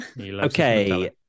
Okay